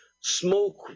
Smoke